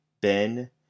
Ben